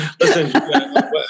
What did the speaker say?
Listen